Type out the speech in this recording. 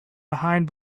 behind